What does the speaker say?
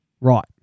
Right